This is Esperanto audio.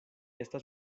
estas